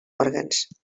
òrgans